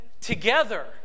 together